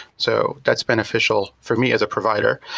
so that's beneficial for me as a provider,